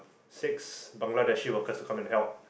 six Bangladeshi workers to come and help